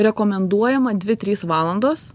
rekomenduojama dvi trys valandos